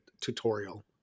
tutorial